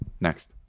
next